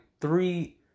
three